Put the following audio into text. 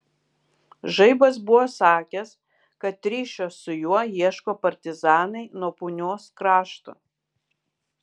žaibas buvo sakęs kad ryšio su juo ieško partizanai nuo punios krašto